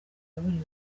yaburiwe